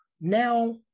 Now